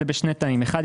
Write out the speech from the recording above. זה בשני תנאים - אחד,